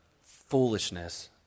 foolishness